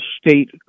state